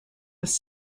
was